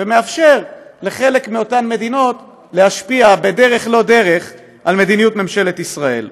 ומאפשר לחלק מאותן מדינות להשפיע בדרך לא דרך על מדיניות ממשלת ישראל.